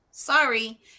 Sorry